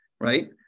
right